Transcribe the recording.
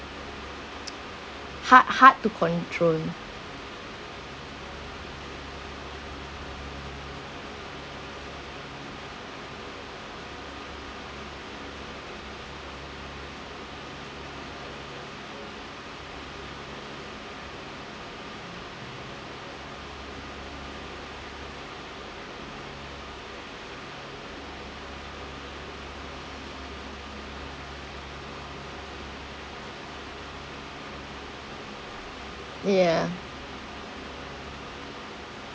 hard hard to control ya